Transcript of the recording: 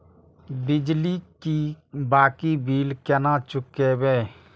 बिजली की बाकी बील केना चूकेबे?